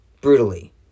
Brutally